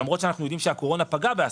למרות שאנחנו יודעים שהקורונה פגעה בעסקים,